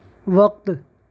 وقت